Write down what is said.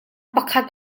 pakhat